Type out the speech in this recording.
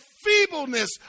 feebleness